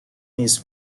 نیز